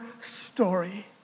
story